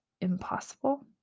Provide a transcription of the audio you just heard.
impossible